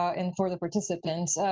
and for the participants,